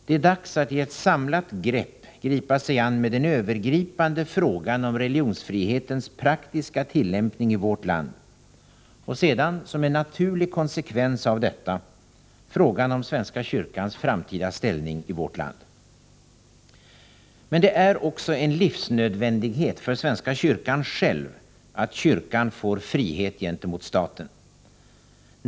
Det är dags att i ett samlat grepp gripa sig an med den övergripande frågan om religionsfrihetens praktiska tillämpning i vårt land och sedan, som en naturlig konsekvens av detta, frågan om svenska kyrkans framtida ställning i vårt land. Men det är också en livsnödvändighet för svenska kyrkan själv att kyrkan får frihet gentemot staten.